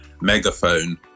megaphone